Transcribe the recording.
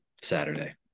Saturday